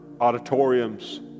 auditoriums